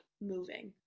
moving